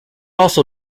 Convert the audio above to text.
also